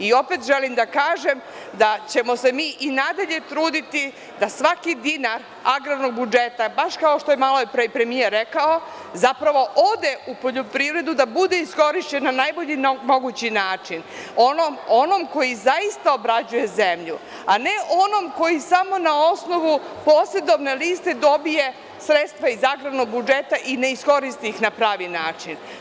I opet želim da kažem da ćemo se mi i na dalje truditi da svaki dinar agrarnog budžeta, baš kao što je malopre i premijer rekao, zapravo ode u poljoprivredu, da bude iskorišćen na najbolji mogući način onom koji zaista obrađuje zemlju, a ne onom koji samo na osnovu posedovne liste dobije sredstva iz agrarnog budžeta i ne iskoristi ih na pravi način.